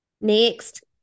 Next